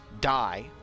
die